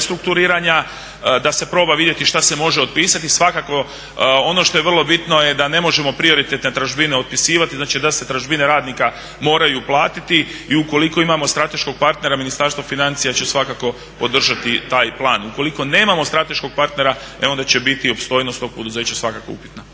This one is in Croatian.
restrukturiranja da se proba vidjeti šta se može otpisati. Svakako ono što je vrlo bitno je da ne možemo prioritetne tražbine opisivati, znači da se tražbine radnika moraju platiti. I ukoliko imamo strateškog partnera Ministarstvo financija će svakako podržati taj plan. Ukoliko nemamo strateškog partnera e onda će biti opstojnost tog poduzeća svakako upitna.